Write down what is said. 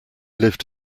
lived